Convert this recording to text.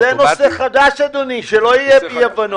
זה נושא חדש, אדוני, שלא יהיו אי הבנות.